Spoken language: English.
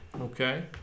Okay